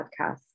podcast